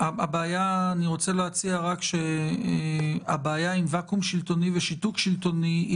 הבעיה עם ואקום שלטוני ושיתוק שלטוני היא